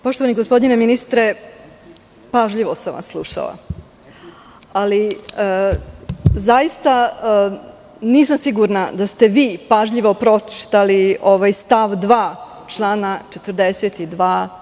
Poštovani gospodine ministre, pažljivo sam vas slušala, ali zaista nisam sigurna da ste vi pažljivo pročitali ovaj stav 2. člana 42.